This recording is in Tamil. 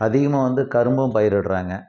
அதிகமாக வந்து கரும்பும் பயிரிடுறாங்க